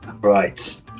Right